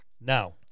Now